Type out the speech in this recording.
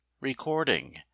Recording